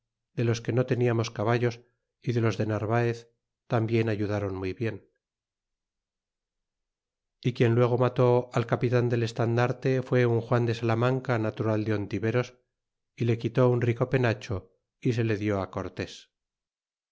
de los que no teniamos caballos y de los de nar vaez tambien ayudáron muy bien y quien luego mató al capitan del estandarte fue un juan de salamanca natural de ontiveros y le quitó un rico penacho y se le lió cortes